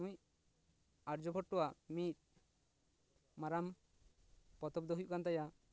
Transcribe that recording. ᱱᱩᱭ ᱟᱨᱡᱽᱵᱷᱤᱴᱴᱚᱭᱟᱜ ᱢᱤᱫ ᱢᱟᱨᱟᱝ ᱯᱚᱛᱚᱵ ᱫᱚ ᱦᱩᱭᱩᱜ ᱠᱟᱱ ᱛᱟᱭᱟ